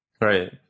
Right